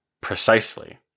precisely